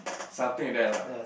something that lah